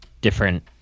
different